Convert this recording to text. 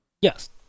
Yes